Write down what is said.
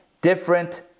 different